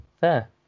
fair